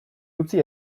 utzi